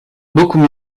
beaucoup